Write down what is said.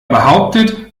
behauptet